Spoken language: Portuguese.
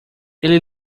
ele